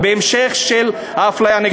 בהמשך של האפליה נגד ערבים.